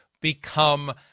become